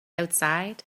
outside